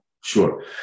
Sure